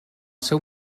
seu